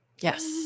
Yes